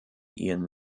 ihren